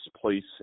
place